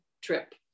trip